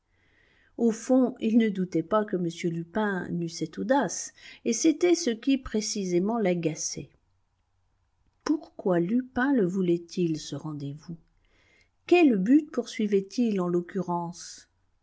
au fond il ne doutait pas que m lupin n'eût cette audace et c'était ce qui précisément l'agaçait pourquoi lupin le voulait-il ce rendez-vous quel but poursuivait il en l'occurrence